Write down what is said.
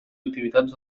activitats